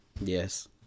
Yes